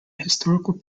historical